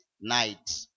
night